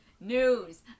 news